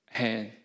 hand